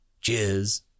cheers